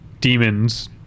demons